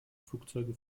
flugzeuge